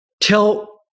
tell